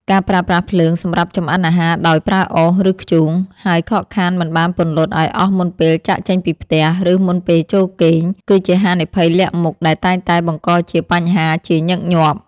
ការប្រើប្រាស់ភ្លើងសម្រាប់ចម្អិនអាហារដោយប្រើអុស ឬធ្យូង ហើយខកខានមិនបានពន្លត់ឱ្យអស់មុនពេលចាកចេញពីផ្ទះ ឬមុនពេលចូលគេង គឺជាហានិភ័យលាក់មុខដែលតែងតែបង្កជាបញ្ហាជាញឹកញាប់។